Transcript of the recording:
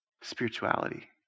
spirituality